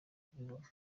kukibona